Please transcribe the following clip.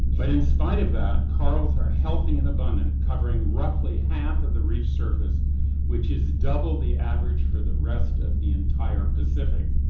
but in spite of that, corals are healthy and abundant, covering roughly half of the reef surface which is double the average for the rest of the entire pacific.